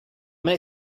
many